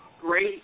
great